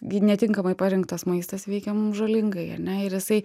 gi netinkamai parinktas maistas veikia mum žalingai ar ne ir jisai